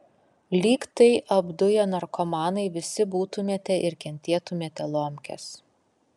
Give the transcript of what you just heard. lyg tai apduję narkomanai visi būtumėte ir kentėtumėte lomkes